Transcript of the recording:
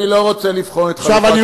אני לא רוצה לבחון את חלוקת הקשב,